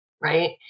right